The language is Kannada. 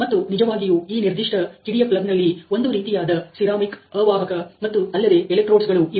ಮತ್ತು ನಿಜವಾಗಿಯೂ ಈ ನಿರ್ದಿಷ್ಟ ಕಿಡಿಯ ಪ್ಲಗ್ಯಲ್ಲಿ ಒಂದು ರೀತಿಯಾದ ಸಿರಾಮಿಕ್ ಅವಾಹಕ ಮತ್ತು ಅಲ್ಲದೆ ಎಲೆಕ್ಟ್ರೋಡ್ಸ್'ಗಳು ಇವೆ